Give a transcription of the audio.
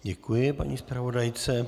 Děkuji paní zpravodajce.